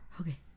okay